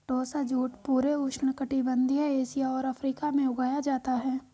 टोसा jute पूरे उष्णकटिबंधीय Asia और अफ्रीका में उगाया जाता है